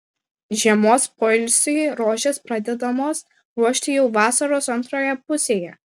žiemos poilsiui rožės pradedamos ruošti jau vasaros antroje pusėje